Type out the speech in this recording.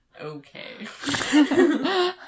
Okay